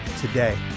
today